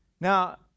Now